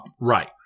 Right